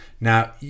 Now